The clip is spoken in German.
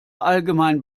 allgemein